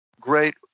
great